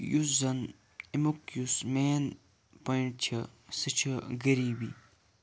یُس زَن اَمیُک یُس مین پوٚیِنٛٹ چھُ سُہ چھُ غٔریٖبی